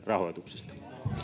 rahoituksesta